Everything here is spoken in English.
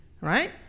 Right